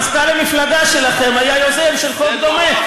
מזכ"ל המפלגה שלכם היה יוזם של חוק דומה.